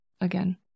again